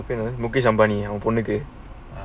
mukesh ambani அவன்பொண்ணுக்கு:avan ponnuku